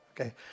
okay